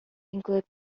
include